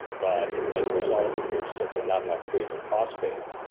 but as a result of there's something, not not creatine phosphate,